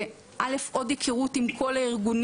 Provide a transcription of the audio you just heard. זו גם היכרות נוספת עם כל הארגונים,